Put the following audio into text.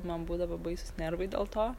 man būdavo baisūs nervai dėl to